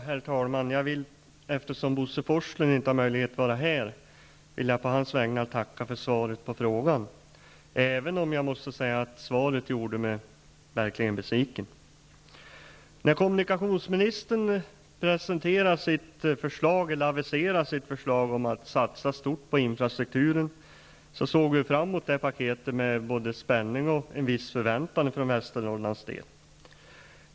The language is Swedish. Herr talman! Eftersom Bo Forslund inte har möjlighet att vara här, vill jag på hans vägnar tacka för svaret på frågan, även om svaret gjorde mig verkligt besviken. När kommunikationsministern aviserade sitt förslag om att satsa stort på infrastrukturen såg vi fram mot det paketet med både spänning och en viss förväntan för Västernorrlands del.